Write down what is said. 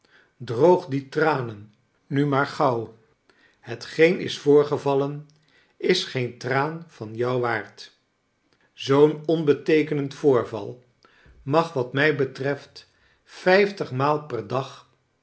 droog die tranen nu maar gauw hetgeen is voorgevallen is geen traan van jou waard zoo'n onbeteekenend voorval mag wat mij betreft vijftig maal per dag